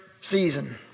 season